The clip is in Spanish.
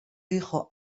hijo